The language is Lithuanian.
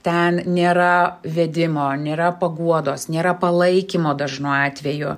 ten nėra vedimo nėra paguodos nėra palaikymo dažnu atveju